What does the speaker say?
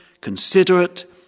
considerate